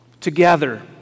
together